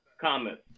Comment